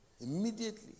immediately